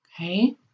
okay